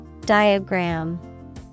Diagram